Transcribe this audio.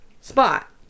Spot